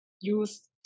use